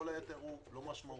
כל היתר לא משמעותית.